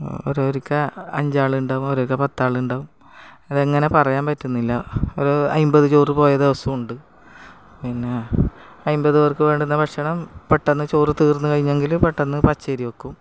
ഓരോരിക്കാ അഞ്ചാളുണ്ടാകും ഓരോരിക്കാ പത്താളുണ്ടാകും അതങ്ങനെ പറയാൻ പറ്റുന്നില്ല ഒരു അൻപത് ചോറ് പോയ ദിവസമുണ്ട് പിന്നെ അൻപത് പേർക്ക് വേണ്ടുന്ന ഭക്ഷണം പെട്ടെന്നു ചോറ് തീർന്ന് കഴിഞ്ഞെങ്കിൽ പെട്ടെന്നു പച്ചരി വെക്കും